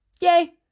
Yay